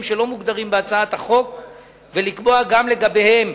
שלא מוגדרים בהצעת החוק ולקבוע גם לגביהם